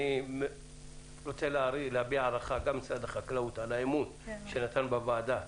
אני רוצה להביע הערכה גם למשרד החקלאות על האמון שנתן בוועדה,